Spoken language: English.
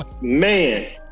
Man